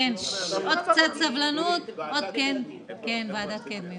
נורית, ועדת קדמי,